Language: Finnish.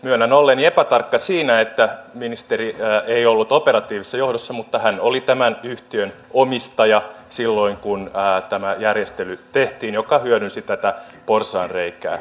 myönnän olleeni epätarkka siinä että ministeri ei ollut operatiivisessa johdossa mutta hän oli tämän yhtiön omistaja silloin kun tämä järjestely tehtiin joka hyödynsi tätä porsaanreikää